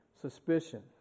suspicion